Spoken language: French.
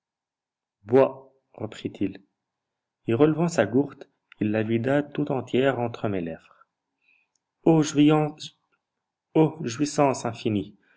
reprit-il et relevant sa gourde il la vida tout entière entre mes lèvres oh jouissance infinie